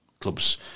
clubs